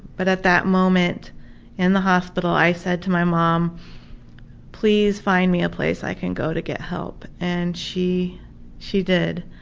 but at that moment in the hospital i said to my mom please find me a place i can go to get help, and she she did.